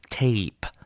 tape